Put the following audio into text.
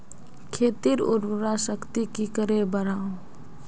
खेतीर उर्वरा शक्ति की करे बढ़ाम?